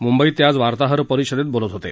मुंबईत ते आज वार्ताहर परिषदेत बोलत होते